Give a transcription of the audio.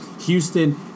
Houston